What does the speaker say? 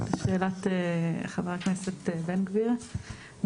שאלת חבר הכנסת בן גביר,